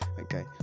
okay